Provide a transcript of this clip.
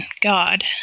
God